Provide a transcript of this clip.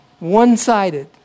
one-sided